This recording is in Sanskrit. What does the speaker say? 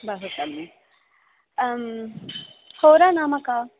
बहु सम्यक् होरा नाम का